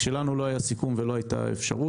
כשלנו לא היה סיכום ולא הייתה אפשרות